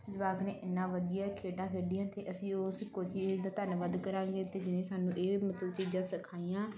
ਜਵਾਕ ਨੇ ਇੰਨਾ ਵਧੀਆ ਖੇਡਾਂ ਖੇਡੀਆਂ ਅਤੇ ਅਸੀਂ ਉਸ ਕੋਚ ਦਾ ਧੰਨਵਾਦ ਕਰਾਂਗੇ ਅਤੇ ਜਿਹਨੇ ਸਾਨੂੰ ਇਹ ਮਤਲਬ ਚੀਜ਼ਾਂ ਸਿਖਾਈਆਂ